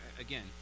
again